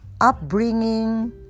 upbringing